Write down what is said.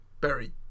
berry